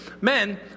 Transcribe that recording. men